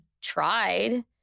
tried